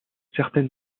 certaine